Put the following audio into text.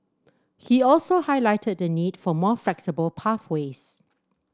he also highlighted the need for more flexible pathways